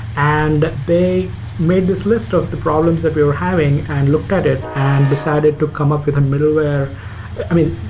and they made this list of the problems that we were having and looked at it and decided to come up with a middleware i mean,